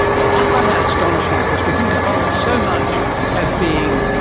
but i find that astonishing because we think of corals so much as being,